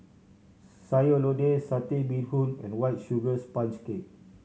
Sayur Lodeh Satay Bee Hoon and White Sugar Sponge Cake